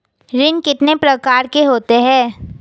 ऋण कितने प्रकार के होते हैं?